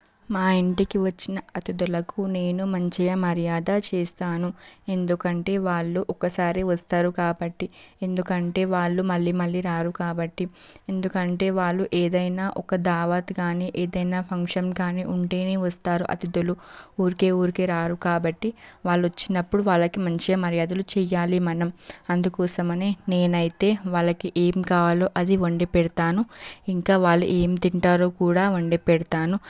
మా ఇంటికి వచ్చిన అతిథులకు నేను మంచిగా మర్యాద చేస్తాను ఎందుకంటే వాళ్ళు ఒకసారే వస్తారు కాబట్టి ఎందుకంటే వాళ్ళు మళ్ళీ మళ్ళీ రారు కాబట్టి ఎందుకంటే వాళ్ళు ఏదైనా ఒక దావత్ కానీ ఏదైనా ఫంక్షన్ కానీ ఉంటేనే వస్తారు అతిథులు ఊరికే ఊరికే రారు కాబట్టి వాళ్ళు వచ్చినప్పుడు వాళ్ళకి మంచిగా మర్యాదలు చేయాలి మనం అందుకోసం అని నేనైతే వాళ్ళకి ఏం కావాలో అది వండి పెడతాను ఇంకా వాళ్ళు ఏం తింటారో కూడా వండి పెడతాను